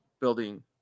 building